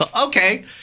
okay